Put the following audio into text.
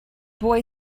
boy